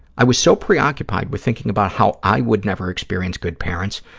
i was so preoccupied with thinking about how i would never experience good parents,